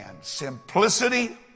Simplicity